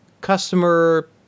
customer